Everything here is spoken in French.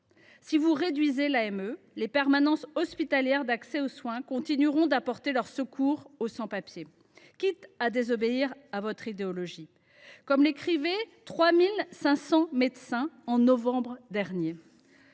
Si vous réduisez l’AME, les permanences hospitalières d’accès aux soins continueront d’apporter leur secours aux sans papiers, quitte à « désobéir » à votre idéologie, comme s’y sont engagés 3 500 médecins signataires d’un